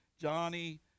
johnny